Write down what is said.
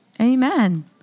Amen